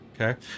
Okay